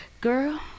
Girl